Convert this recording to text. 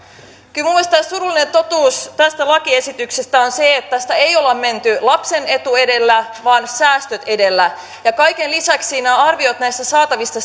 kyllä minun mielestäni surullinen totuus tästä lakiesityksestä on se että tässä ei ole menty lapsen etu edellä vaan säästöt edellä ja kaiken lisäksi arviot saatavista